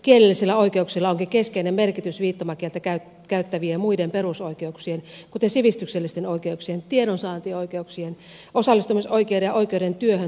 kielellisillä oikeuksilla onkin keskeinen merkitys viittomakieltä käyttävien muiden perusoikeuksien kuten sivistyksellisten oikeuksien tiedonsaantioikeuksien osallistumisoikeuden ja oikeuden työhön toteutumisen kannalta